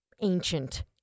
ancient